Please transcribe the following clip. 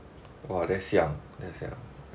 about that's young that's young